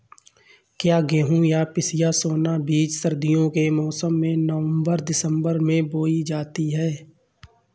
क्या गेहूँ या पिसिया सोना बीज सर्दियों के मौसम में नवम्बर दिसम्बर में बोई जाती है?